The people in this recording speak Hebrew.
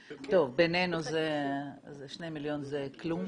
בינינו, שני מיליון זה כלום.